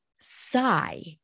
sigh